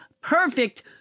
perfect